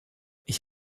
ich